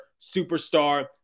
superstar